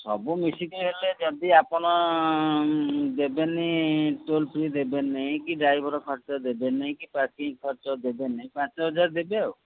ସବୁ ମିଶିକି ହେଲେ ଯଦି ଆପଣ ଦେବେନି ଟୋଲ ଫି ଦେବେନେଇ କି ଡ୍ରାଇଭର ଖର୍ଚ୍ଚ ଦେବେନେଇ କି ପାର୍କି ଖର୍ଚ୍ଚ ଦେବେନେଇ ପାଞ୍ଚ ହଜାର ଦେବେ ଆଉ